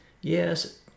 Yes